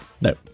No